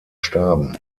starben